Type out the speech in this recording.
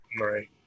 Right